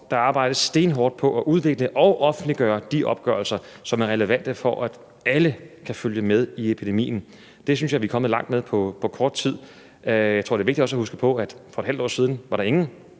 der arbejdes stenhårdt på at udvikle og offentliggøre de opgørelser, som er relevante for, at alle kan følge med i epidemien. Det synes jeg vi er kommet langt med på kort tid. Jeg tror, det er vigtigt også at huske på, at for et halvt år siden var der ingen,